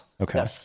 Okay